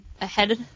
ahead